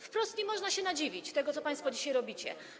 Wprost nie można się nadziwić temu, co państwo dzisiaj robicie.